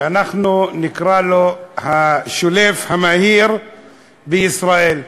שאנחנו נקרא לו "השולף המהיר בישראל".